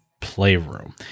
Playroom